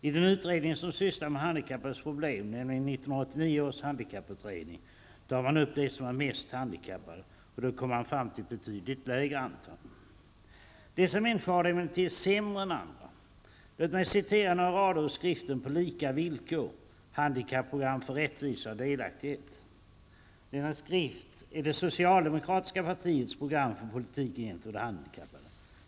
I den utredning som sysslar med de handikappades problem, nämligen 1989 års handikapputredning, tar man fasta på dem som är mest handikappade, och då kommer man fram till ett betydligt lägre antal. Dessa människor har det emellertid sämre ställt än andra. Låt mig citera några rader ur skriften ''På lika villkor -- handikapprogram för rättvisa och delaktighet''. Denna skrift är det socialdemokratiska partiets program för politiken beträffande de handikappade.